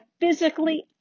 physically